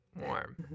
warm